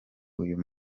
uyu